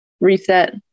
reset